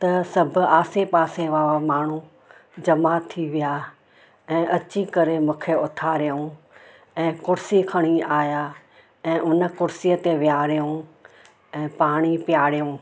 त सभु आसे पासे वारा माण्हूं जमा थी विया ऐं अची करे मूंखे उथारियऊं ऐं कुर्सी खणी आया ऐं उन कुर्सीअ ते वेहारियऊं ऐं पाणी पिआरियऊं